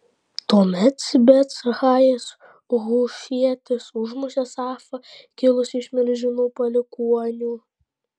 tuomet sibechajas hušietis užmušė safą kilusį iš milžinų palikuonių